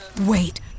wait